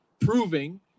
proving